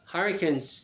Hurricanes